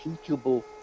teachable